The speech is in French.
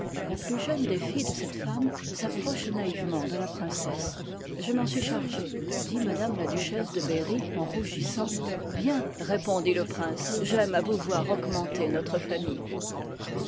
la plus jeune des fdles de cette femme s'approche naïvement de la princesse je m'en suis chargée dit m la duchesse de berry en rougissant bien repondit liy ï j le prince j'aime à vous voir augmenter i notre famille